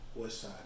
Westside